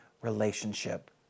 relationship